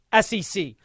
SEC